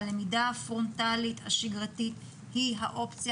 שהלמידה הפרונטלית השגרתית היא האופציה